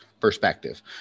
perspective